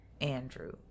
Andrew